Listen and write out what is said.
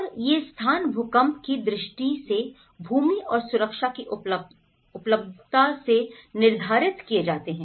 और ये स्थान भूकंप की दृष्टि से भूमि और सुरक्षा की उपलब्धता से निर्धारित किए जाते हैं